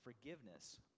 forgiveness